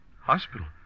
Hospital